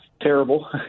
Terrible